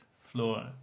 floor